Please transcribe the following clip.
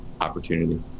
opportunity